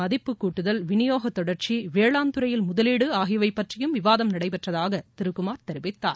மதிப்பு கூட்டுதல் விநியோக தொடர்ச்சி வேளாண் துறையில் முதலீடு ஆகியவை பற்றியும் விவாதம் நடைபெற்றதாக திரு குமார் தெரிவித்தார்